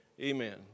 amen